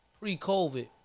pre-COVID